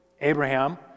Abraham